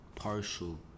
Partial